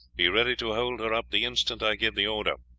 be ready to hold her up the instant i give the order.